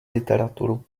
literaturu